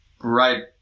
right